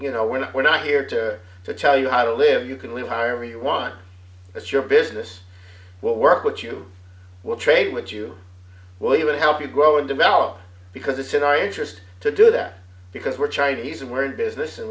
you know we're not we're not here to tell you how to live you can we hire you want that's your business will work but you will trade with you will even help you grow and develop because it's in our interest to do that because we're chinese and we're business and